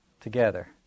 together